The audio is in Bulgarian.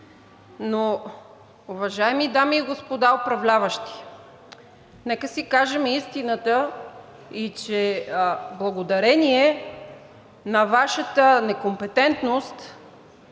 Уважаеми дами и господа управляващи, нека си кажем истината и че благодарение на Вашата некомпетентност